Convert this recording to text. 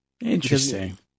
Interesting